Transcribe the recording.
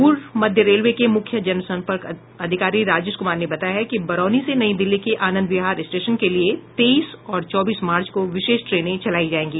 पूर्व मध्य रेलवे के मुख्य जनसम्पर्क अधिकारी राजेश कुमार ने बताया है कि बरौनी से नई दिल्ली के आनंद विहार स्टेशन के लिए तेईस और चौबीस मार्च को विशेष ट्रेने चलाई जाएगी